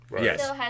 Yes